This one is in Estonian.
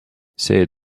see